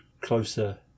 closer